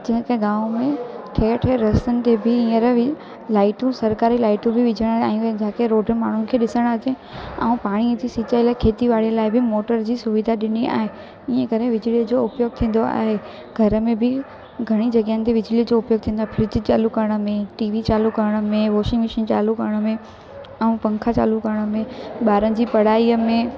जैंखे गाव में ठए ठहे रस्तनि ते बि हींअर बि लाइटू सरकारी लाइटू बि विझण आहियूं असांखे रोडियूं माण्हुनि खे ॾिसण अचे ऐं पाणी जी सीचल खेतीअ बाड़ीअ लाइ बि मोटर जी सुविधा ॾिनी आहे इहे करे विझड़े जो उपयोग थींदो आहे घर में बि घणी जॻहायुनि ते विझड़े जो उपयोग थींदो आहे फ्रिज चालू करण में टीवी चालू करण में वॉशिंग मशीन चालू करण में ऐं पंखा चालू करण में ॿारनि जी पढ़ाईअ में